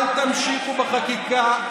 אל תמשיכו בחקיקה,